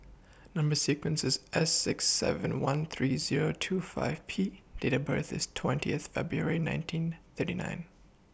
Number sequence IS S six seven one three Zero two five P Date of birth IS twentieth February nineteen thirty nine